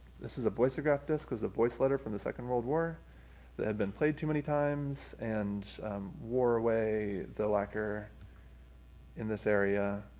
this is a voice-o-graph disc, it was a voice letter from the second world war that had been played too many times, and wore away the lacquer in this area.